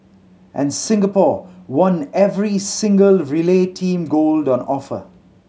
and Singapore won every single relay team gold on offer